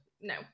No